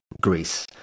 Greece